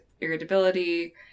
irritability